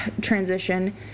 transition